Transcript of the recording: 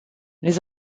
les